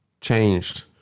changed